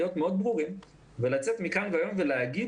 צריך להיות מאוד ברורים ולצאת מכאן היום ולהגיד